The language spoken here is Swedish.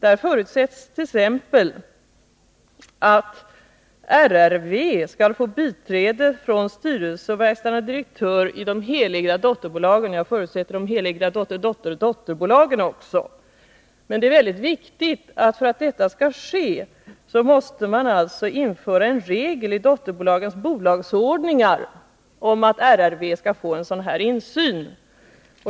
Det förutsätts t.ex. att RRV skall få biträde från styrelse och verkställande direktör i de helägda dotterbolagen — jag förutsätter att det gäller i de helägda dotterdotterbolagen också. En viktig förutsättning för att detta skall kunna ske är införande av en regel i dotterbolagens bolagsordningar om att RRV skall få en sådan insyn.